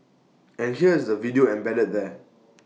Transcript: and here is the video embedded there